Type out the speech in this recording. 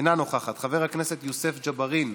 אינה נוכחת, חבר הכנסת יוסף ג'בארין.